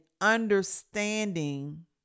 understanding